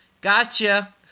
Gotcha